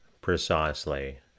precisely